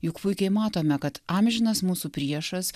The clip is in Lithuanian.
juk puikiai matome kad amžinas mūsų priešas